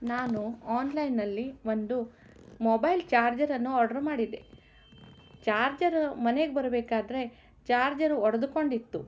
ನಾನು ಆನ್ಲೈನ್ನಲ್ಲಿ ಒಂದು ಮೊಬೈಲ್ ಚಾರ್ಜರನ್ನು ಆರ್ಡರ್ ಮಾಡಿದ್ದೆ ಚಾರ್ಜರ್ ಮನೆಗೆ ಬರಬೇಕಾದ್ರೆ ಚಾರ್ಜರ್ ಒಡೆದುಕೊಂಡಿತ್ತು